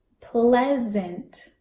pleasant